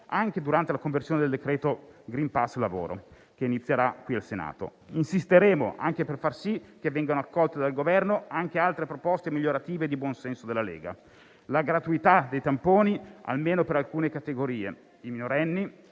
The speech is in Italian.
anche durante la conversione del decreto *green pass* sui luoghi di lavoro quando inizierà l'esame qui in Senato. Insisteremo anche per far sì che vengano accolti dal Governo altre proposte migliorative di buon senso della Lega: la gratuità dei tamponi almeno per alcune categorie quali i minorenni,